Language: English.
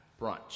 brunch